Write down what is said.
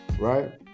right